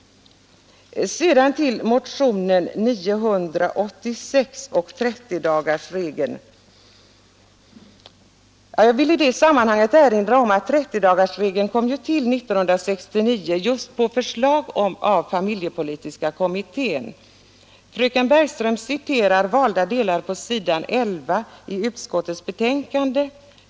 Sedan till motionen 986 och 30-dagarsregeln. Jag vill erinra om att 30-dagarsregeln kom till 1969 på förslag av familjepolitiska utredningen. Fröken Bergström citerar valda delar på s. 11 i utskottets betänkande.